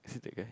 is it that guy